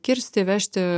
kirsti vežti